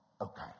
okay